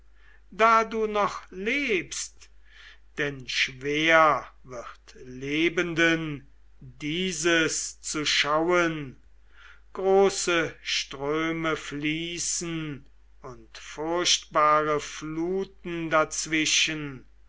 da du noch lebst denn schwer wird lebenden dieses zu schauen große ströme fließen und furchtbare fluten dazwischen